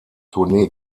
tournee